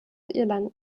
irland